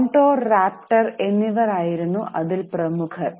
condor raptor എന്നിവ ആയിരുന്നു അതിൽ പ്രമുഖർ